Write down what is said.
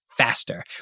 Faster